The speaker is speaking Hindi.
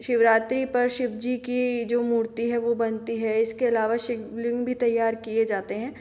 शिवरात्रि पर शिवजी की जो मूर्ति है वो बनती है इसके अलावा शिवलिंग भी तैयार किए जाते हैं